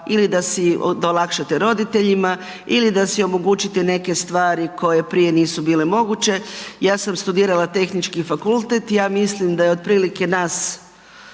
ili da si, da olakšate roditeljima ili da si omogućite neke stvari koje prije nisu bile moguće. Ja sam studirala tehnički fakultet, ja mislim da je otprilike nas